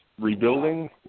rebuilding